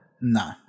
No